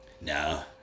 no